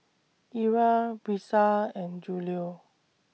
Ira Brisa and Julio